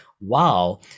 wow